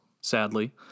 sadly